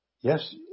Yes